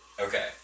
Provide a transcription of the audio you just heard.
Okay